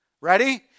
Ready